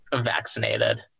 vaccinated